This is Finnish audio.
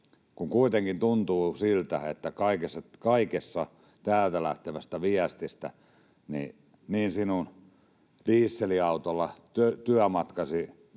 kun kuitenkin tuntuu siltä, että kaikki täältä lähtevät viestit — niin dieselauton käyttäminen